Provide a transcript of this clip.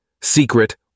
Secret